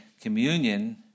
communion